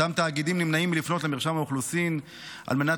אותם תאגידים נמנעים מלפנות למרשם האוכלוסין על מנת